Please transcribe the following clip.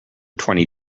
twenty